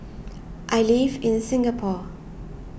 I live in Singapore